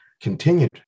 continued